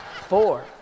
four